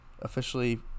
Officially